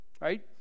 right